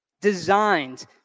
designed